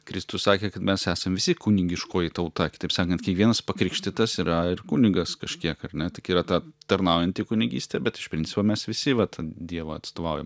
kristus sakė kad mes esam visi kunigiškoji tauta kitaip sakant kiekvienas pakrikštytas yra ir kunigas kažkiek ar ne tik yra ta tarnaujanti kunigystė bet iš principo mes visi vat dievui atstovaujam